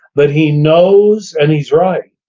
but he knows, and he's right.